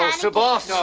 ah sir boss. yeah